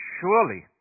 surely